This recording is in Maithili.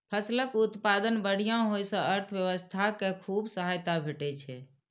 फसलक उत्पादन बढ़िया होइ सं अर्थव्यवस्था कें खूब सहायता भेटै छै